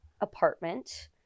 apartment